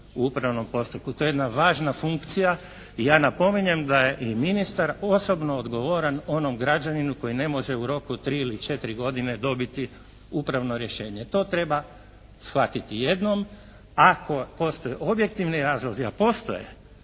To je jedna važna funkcija i ja napominjem da je i ministar osobno odgovoran onom građaninu koji ne može u roku od tri ili četiri godine dobiti upravno rješenje. To treba shvatiti jednom. Ako postoje objektivni razlozi, a postoje